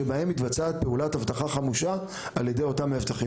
שבהם מתבצעת פעולת אבטחה חמושה על ידי אותם מאבטחים.